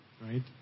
right